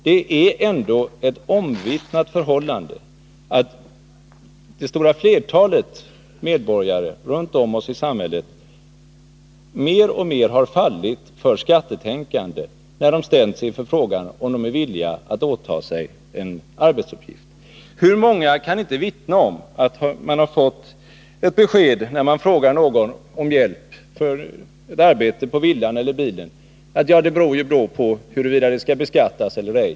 Det är ändå ett omvittnat förhållande att det stora flertalet medborgare runt om i samhället mer och mer har fallit för skattetänkande när de ställts inför frågan om de är villiga att åta sig en arbetsuppgift. Hur många kan inte vittna om att de, när de bett någon om hjälp med ett arbete på villan eller bilen, har fått beskedet att storleken på ersättningen för den hjälpen beror på huruvida den skall beskattas eller ej?